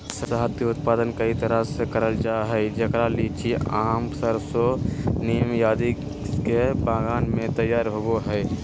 शहद के उत्पादन कई तरह से करल जा हई, जेकरा लीची, आम, सरसो, नीम आदि के बगान मे तैयार होव हई